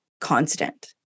constant